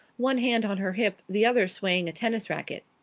one hand on her hip, the other swaying a tennis racket.